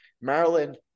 Maryland